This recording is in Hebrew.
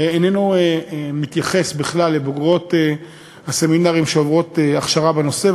איננו מתייחס כלל לבוגרות הסמינרים שעוברות הכשרה בנושא,